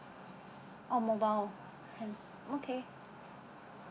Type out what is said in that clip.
oh mobile uh okay